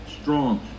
strong